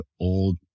old